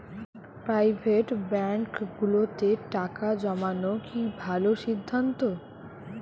Private ব্যাংকগুলোতে টাকা জমানো কি ভালো সিদ্ধান্ত?